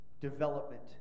development